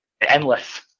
endless